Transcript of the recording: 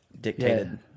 dictated